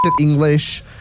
English